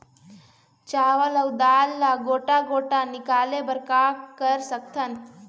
चावल अऊ दाल ला गोटा गोटा निकाले बर का कर सकथन?